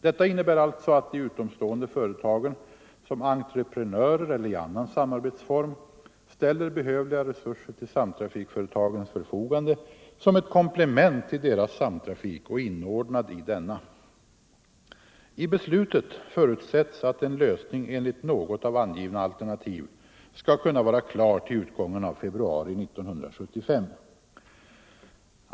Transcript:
Detta innebär alltså att de utomstående företagen som entreprenörer eller i annan samarbetsform ställer behövliga resurser till samtrafikföretagens förfogande som ett komplement till deras samtrafik och inordnad i denna. I beslutet förutsätts att en lösning enligt något av angivna alternativ skall kunna vara klar till utgången av februari 1975.